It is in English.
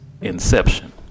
inception